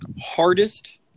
hardest